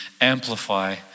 amplify